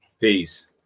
Peace